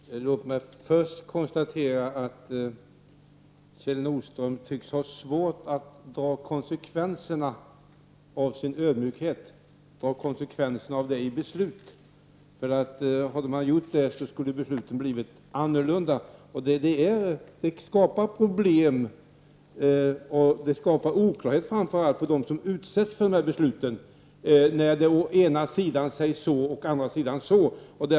Herr talman! Låt mig först konstatera att Kjell Nordström tycks ha svårt att i beslut dra konsekvenserna av sin ödmjukhet; för om man hade gjort det skulle besluten ha varit annorlunda. Det här skapar problem och det skapar oklarhet, framför allt för dem som utsätts för dessa beslut. Å ena sidan säger man si och å andra sidan säger man så.